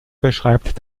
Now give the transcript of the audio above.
beschreibt